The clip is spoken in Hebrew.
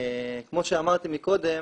כפי שאמרתי קודם,